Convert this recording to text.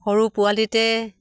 সৰু পোৱালিতে